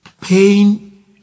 pain